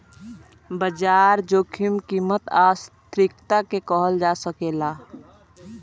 बाजार जोखिम कीमत आ अस्थिरता के कहल जा सकेला